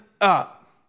up